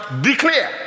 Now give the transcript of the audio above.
declare